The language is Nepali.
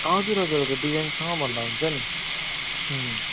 हजुर हजुर डिजाइनसँग भन्दा हुन्छ नि अँ